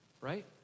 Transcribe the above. right